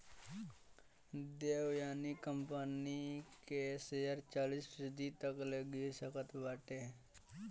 Devyani company के share चालीस फीसदी तकले गिर सकत बाटे